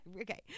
Okay